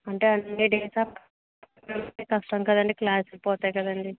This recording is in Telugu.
అంటే అన్ని డేస్ ఆ అంటే కష్టం కదండి క్లాస్లు పోతాయి కదండి